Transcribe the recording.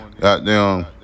goddamn